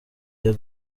iyo